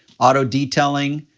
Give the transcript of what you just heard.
auto detailing,